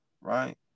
right